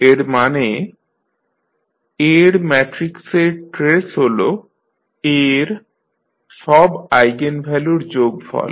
এর মানে A ম্যাট্রিক্সের ট্রেস হল A এর সব আইগেনভ্যালুর যোগফল